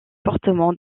fortement